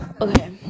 okay